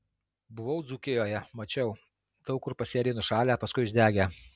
buvau dzūkijoje mačiau daug kur pasėliai nušalę paskui išdegę